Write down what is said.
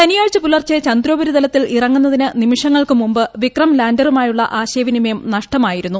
ശനിയാഴ്ച പുലർച്ചെ ചന്ദ്രോപരിതലത്തിൽ ഇറങ്ങുന്നതിന് നിമിഷങ്ങൾക്കു മുമ്പ് വിക്രം ലാൻഡറുമായുള്ള ആശയവിനിമയം നഷ്ടമായിരുന്നു